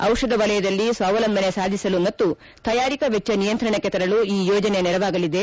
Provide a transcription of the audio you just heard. ಔಷಧ ವಲಯದಲ್ಲಿ ಸ್ವಾಲಂಬನೆ ಸಾಧಿಸಲು ಮತ್ತು ತಯಾರಿಕಾ ವೆಚ್ಚ ನಿಯಂತ್ರಣಕ್ಕೆ ತರಲು ಈ ಯೋಜನೆ ನೆರವಾಗಲಿದೆ